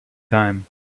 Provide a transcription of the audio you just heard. time